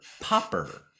popper